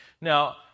Now